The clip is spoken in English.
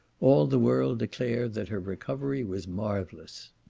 all the world declare that her recovery was marvellous.